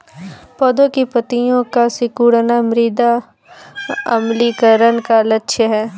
पौधों की पत्तियों का सिकुड़ना मृदा अम्लीकरण का लक्षण है